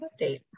update